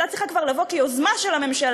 היא הייתה צריכה כבר לבוא כיוזמה של הממשלה,